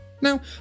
now